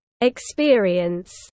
Experience